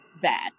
bad